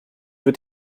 wird